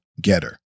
Getter